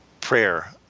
prayer